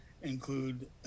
include